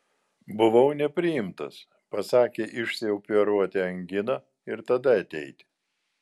buvau nepriimtas pasakė išsioperuoti anginą ir tada ateiti